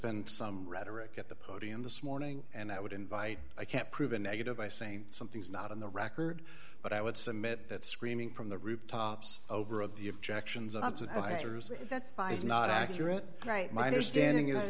been some rhetoric at the podium this morning and i would invite i can't prove a negative by saying something's not in the record but i would submit that screaming from the rooftops over of the objections oncet fighters and that's fine is not accurate right my understanding is